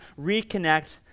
reconnect